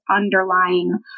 underlying